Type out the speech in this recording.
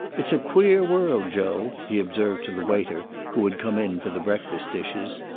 it's a queer world, joe, he observed to the waiter, who had come in for the breakfast dishes.